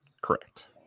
Correct